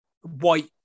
white